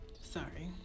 Sorry